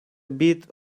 bit